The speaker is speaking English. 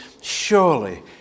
Surely